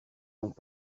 donc